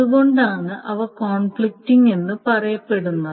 അതുകൊണ്ടാണ് അവ കോൺഫ്ലിക്റ്റിംഗ് എന്ന് പറയപ്പെടുന്നത്